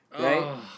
Right